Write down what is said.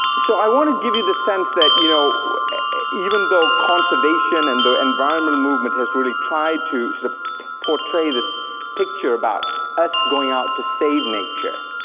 so i wanna give you the sense that you know even though conservation and the environmental movement has really tried to sort of portray this picture about us going out to save nature,